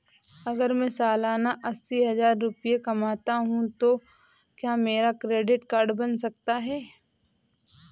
अगर मैं सालाना अस्सी हज़ार रुपये कमाता हूं तो क्या मेरा क्रेडिट कार्ड बन सकता है?